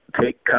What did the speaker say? take